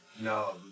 No